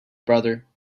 brother